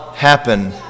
happen